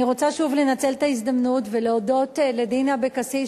אני רוצה שוב לנצל את ההזדמנות ולהודות לדינה אבקסיס,